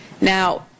Now